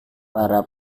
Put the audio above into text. para